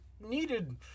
needed